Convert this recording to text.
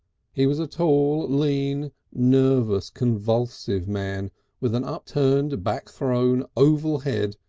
he was a tall, lean, nervous, convulsive man with an upturned, back-thrown, oval head,